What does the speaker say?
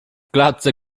klatce